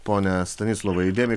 pone stanislovai įdėmiai